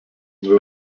dvi